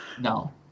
No